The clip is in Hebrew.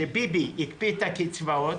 כשביבי נתניהו הקפיא את הקצבאות,